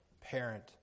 parent